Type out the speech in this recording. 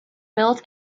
built